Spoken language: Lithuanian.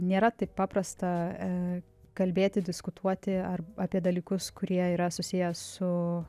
nėra taip paprasta kalbėti diskutuoti ar apie dalykus kurie yra susiję su